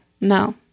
No